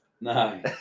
No